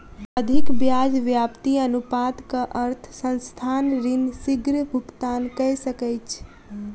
अधिक ब्याज व्याप्ति अनुपातक अर्थ संस्थान ऋण शीग्र भुगतान कय सकैछ